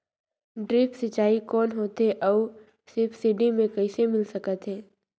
Drip सिंचाई कौन होथे अउ सब्सिडी मे कइसे मिल सकत हे?